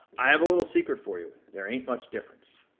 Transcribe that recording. i have a little secret for you, there ain't much difference.